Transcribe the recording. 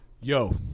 yo